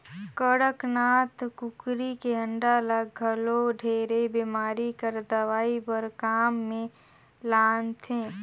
कड़कनाथ कुकरी के अंडा ल घलो ढेरे बेमारी कर दवई बर काम मे लानथे